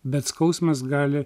bet skausmas gali